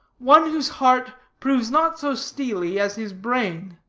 one whose heart proves not so steely as his brain.